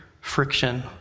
friction